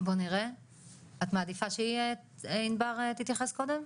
את מעדיפה תתייחס קודם?